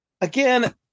Again